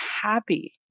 happy